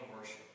worship